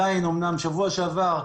בשבוע שעבר,